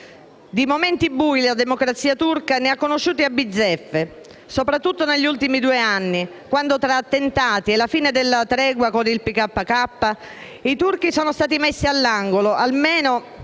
Di momenti bui la democrazia turca ne ha conosciuti a bizzeffe, soprattutto negli ultimi due anni quando, tra attentati e la fine della tregua con il PKK, i turchi sono stati messi all'angolo - almeno